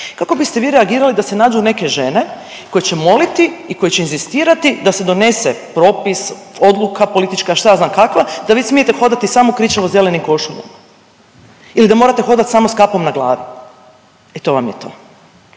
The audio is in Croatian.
Kako biste vi reagirali da se nađu neke žene koje će moliti i koje će inzistirati da se donese propis, odluka politička, šta ja znam kakva da vi smijete hodati samo u kričavo zelenim košuljama ili da morate hodati samo sa kapom na glavi. E to vam je to.